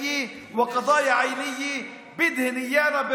גזענית ומסוכנת.